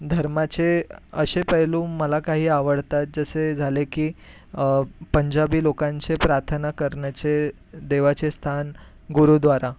धर्माचे असे पैलू मला काही आवडतात जसे झाले की पंजाबी लोकांचे प्रार्थना करण्याचे देवाचे स्थान गुरुद्वारा